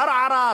ערערה,